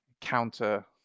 counter